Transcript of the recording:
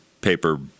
paper